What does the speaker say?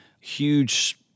huge